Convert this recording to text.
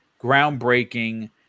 groundbreaking